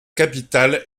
capitale